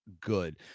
good